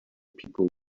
people